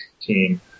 team